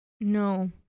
No